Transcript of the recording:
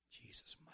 Jesus